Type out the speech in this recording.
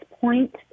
point